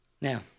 Now